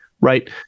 right